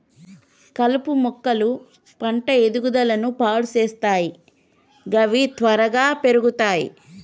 కలుపు మొక్కలు పంట ఎదుగుదలను పాడు సేత్తయ్ గవి త్వరగా పెర్గుతయ్